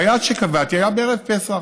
והיעד שקבעתי היה בערב פסח,